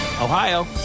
Ohio